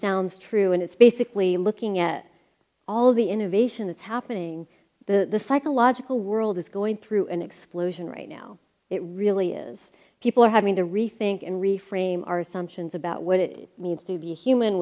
sounds true and it's basically looking at all the innovation that's happening the psychological world is going through an explosion right now it really is people are having to rethink and reframe our assumptions about what it means to be human